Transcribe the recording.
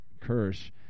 Kirsch